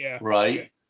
right